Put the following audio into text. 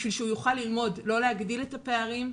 בשביל שהוא יוכל ללמוד, לא להגדיל את הפערים,